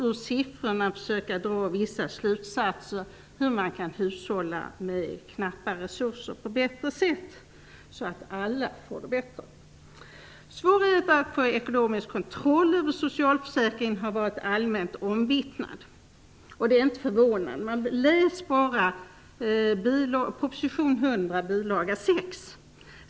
Ur dessa kommer jag att försöka dra vissa slutsatser om hur man på ett fördelaktigare sätt kan hushålla med knappa resurser, så att alla får det bättre. Svårigheterna att få ekonomisk kontroll över socialförsäkringarna har varit allmänt omvittnade, och det är inte förvånande. Läs bara proposition nr 100 bil. 6!